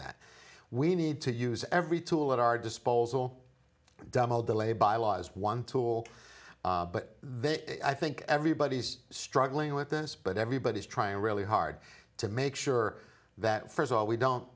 that we need to use every tool at our disposal dumbell delay by law is one tool but they i think everybody's struggling with this but everybody is trying really hard to make sure that first of all we don't